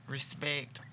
Respect